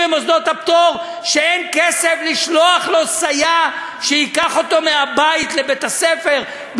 במוסדות הפטור ואין כסף לשלוח להם סייעים שייקחו אותם מהבית לבית-הספר,